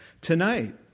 Tonight